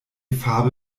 farbe